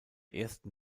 ersten